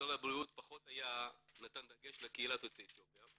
במשרד הבריאות פחות ניתן דגש לקהילת יוצאי אתיופיה.